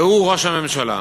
והוא ראש הממשלה.